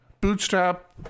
bootstrap